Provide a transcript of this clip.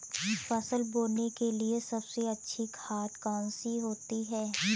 फसल बोने के लिए सबसे अच्छी खाद कौन सी होती है?